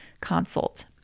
consult